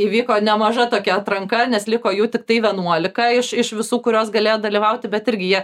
įvyko nemaža tokia atranka nes liko jų tiktai vienuolika iš iš visų kurios galėjo dalyvauti bet irgi jie